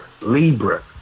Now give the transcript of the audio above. Libra